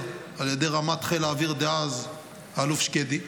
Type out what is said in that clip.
על ידי רמ"ט חיל האוויר דאז האלוף שקדי,